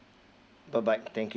bye bye thank you